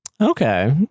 Okay